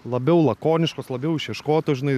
labiau lakoniškos labiau išieškotos žinai